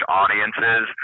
audiences